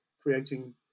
creating